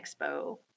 Expo